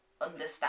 understand